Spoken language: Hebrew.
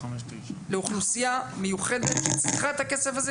לאוכלוסייה מיוחדת שצריכה את הכסף הזה,